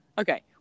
Okay